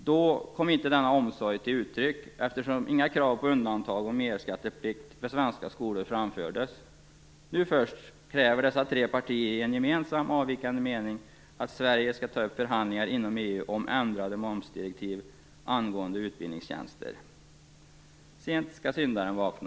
Då kom inte denna omsorg till uttryck eftersom det inte framfördes några krav på undantag i fråga om merskatteplikt för svenska skolor framfördes. Nu först framför dessa tre partier en gemensam avvikande mening och kräver att Sverige skall ta upp förhandlingar om ändrade momsdirektiv angående utbildningstjänster. Sent skall syndaren vakna!